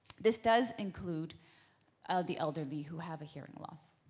this does include the elderly who have a hearing loss.